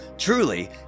Truly